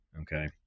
Okay